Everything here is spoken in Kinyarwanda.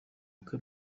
uko